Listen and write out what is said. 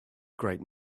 great